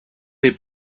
des